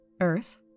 Earth